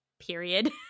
period